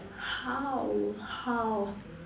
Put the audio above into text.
how how